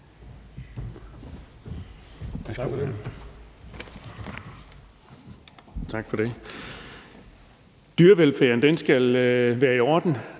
Tak for det. Dyrevelfærden skal være i orden,